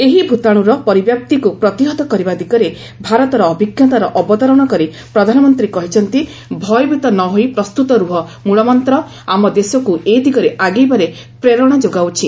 ଏହି ଭତାଣୁର ପରିବ୍ୟାପ୍ତିକୁ ପ୍ରତିହତ କରିବା ଦିଗରେ ଭାରତର ଅଭିଜ୍ଞତାର ଅବତାରଣା କରି ପ୍ରଧାନମନ୍ତ୍ରୀ କହିଛନ୍ତି 'ଭୟଭୀତ ନ ହୋଇ ପ୍ରସ୍ତୁତ ରୁହ' ମୂଳମନ୍ତ ଆମ ଦେଶକୁ ଏଦିଗରେ ଆଗେଇବାରେ ପ୍ରେରଣା ଯୋଗାଉଛି